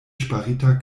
ŝparita